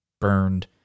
burned